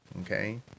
Okay